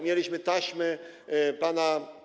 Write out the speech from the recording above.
Mieliśmy taśmy pana.